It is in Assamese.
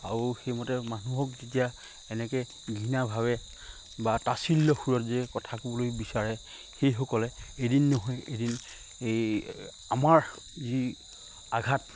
আৰু সেইমতে মানুহক যেতিয়া এনেকৈ ঘৃণাভাৱে বা তাচিল্য়ৰ সুৰত যে কথা ক'বলৈ বিচাৰে সেইসকলে এদিন নহয় এদিন এই আমাৰ যি আঘাত